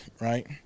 right